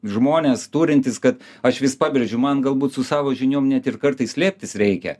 žmonės turintys kad aš vis pabrėžiu man galbūt su savo žiniom net ir kartais slėptis reikia